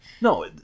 No